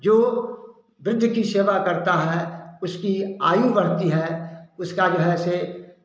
जो वृद्ध की सेवा करता है उसकी आयु बढ़ती है उसका जो है से